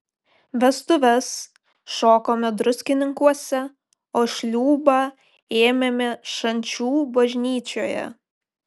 vestuves šokome druskininkuose o šliūbą ėmėme šančių bažnyčioje